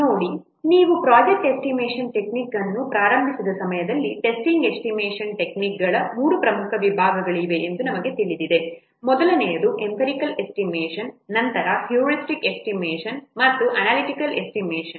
ನೋಡಿ ನೀವು project estimation technique ಅನ್ನು ಪ್ರಾರಂಭಿಸಿದ ಸಮಯದಲ್ಲಿ ಟೆಸ್ಟಿಂಗ್ ಎಸ್ಟಿಮೇಷನ್ ಟೆಕ್ನಿಕ್ಗಳ 3 ಪ್ರಮುಖ ವಿಭಾಗಗಳಿವೆ ಎಂದು ನಮಗೆ ತಿಳಿದಿದೆ ಮೊದಲನೆಯದು ಎಂಪಿರಿಕಲ್ ಎಸ್ಟಿಮೇಷನ್ ನಂತರ ಹ್ಯೂರಿಸ್ಟಿಕ್ ಎಸ್ಟಿಮೇಷನ್ ಮತ್ತು ಅನಾಲಿಟಿಕಲ್ ಎಸ್ಟಿಮೇಷನ್